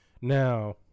Now